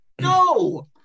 No